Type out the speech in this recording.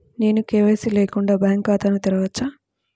నేను కే.వై.సి లేకుండా బ్యాంక్ ఖాతాను తెరవవచ్చా?